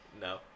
No